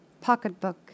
Pocketbook